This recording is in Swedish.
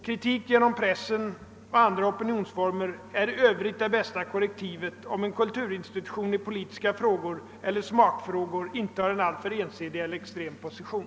Kritik genom pressen och andra opinionsformer är i övrigt det bästa korrektivet om en kulturinstitution i politiska frågor eller smakfrågor intar alltför ensidig eller extrem position.